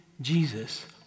Jesus